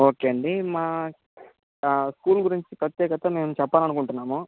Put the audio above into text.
okay అండి మా ఆ స్కూల్ గురించి ప్రత్యేకత మేము చెప్పాలనుకుంటున్నాము